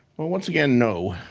well, once again, no.